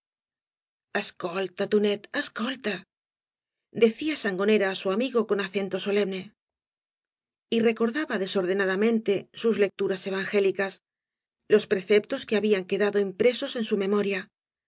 ascolta tonet ascolta decía sangonera á su amigo con acento solemne y recordaba desordenadamente sus lecturas evangélicas los preceptos que habían quedado impresos en su memoria